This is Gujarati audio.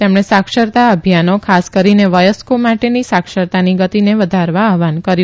તેમણે સાક્ષરતા અભિયાનો ખાસ કરીને વયસ્કો માટેની સાક્ષરતાની ગતિને વધારવા આહ્વાન કર્યું